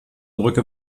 brücke